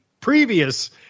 previous